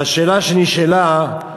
והשאלה שנשאלה: